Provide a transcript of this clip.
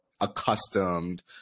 accustomed